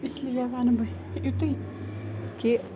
اس لیے وَنہٕ بہٕ یُتُے کہِ